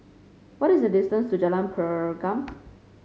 what is the distance to Jalan Pergam